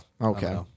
okay